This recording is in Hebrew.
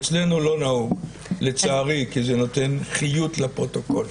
אצלנו לא נהוג, לצערי, כי זה נותן חיות לפרוטוקול.